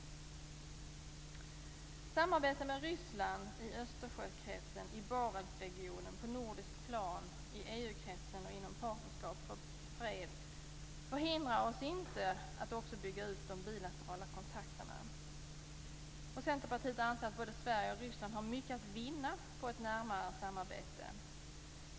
Samarbetet med Ryssland i Östersjökretsen, i Barentsregionen, på nordiskt plan, i EU-kretsen och inom Partnerskap för fred förhindrar oss inte att också bygga ut de bilaterala kontakterna. Centerpartiet anser att både Sverige och Ryssland har mycket att vinna på ett närmare samarbete.